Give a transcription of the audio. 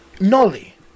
Nolly